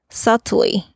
subtly